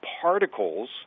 particles